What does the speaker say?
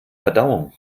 verdauung